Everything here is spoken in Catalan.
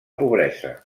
pobresa